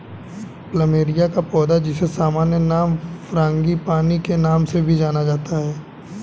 plumeria का पौधा, जिसे सामान्य नाम फ्रांगीपानी के नाम से भी जाना जाता है